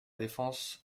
défense